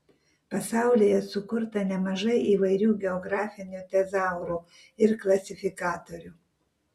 pasaulyje sukurta nemažai įvairių geografinių tezaurų ir klasifikatorių